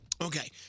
Okay